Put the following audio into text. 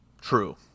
True